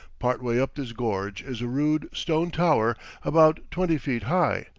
part way up this gorge is a rude stone tower about twenty feet high,